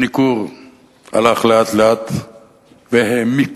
הניכור הלך והעמיק